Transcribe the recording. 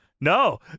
No